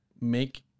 make